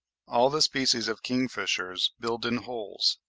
all the species of kingfishers build in holes,